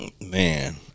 Man